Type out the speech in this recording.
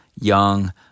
young